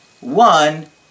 One